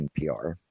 NPR